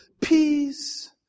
peace